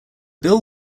bill